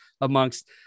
amongst